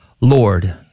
Lord